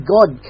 God